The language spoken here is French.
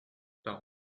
par